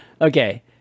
okay